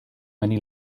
many